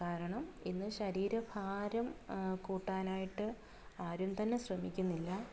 കാരണം ഇന്ന് ശരീരം ഭാരം കൂട്ടാനായിട്ട് ആരും തന്നെ ശ്രമിക്കുന്നില്ല